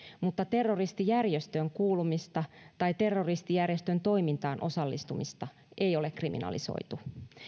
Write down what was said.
mutta terroristijärjestöön kuulumista tai terroristijärjestön toimintaan osallistumista ei ole kriminalisoitu